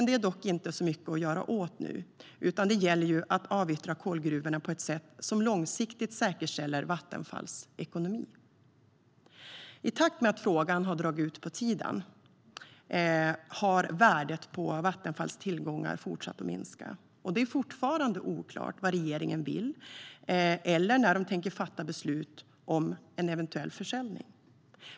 Det är inte så mycket att göra något åt nu, utan det gäller ju att avyttra kolgruvorna på ett sätt som långsiktigt säkerställer Vattenfalls ekonomi. I takt med att frågan har dragit ut på tiden har värdet på Vattenfalls tillgångar fortsatt att minska. Det är fortfarande oklart vad regeringen vill eller om och när de tänker fatta beslut om en försäljning.